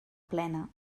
plena